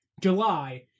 July